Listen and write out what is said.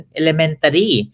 elementary